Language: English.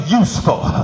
useful